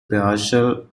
partial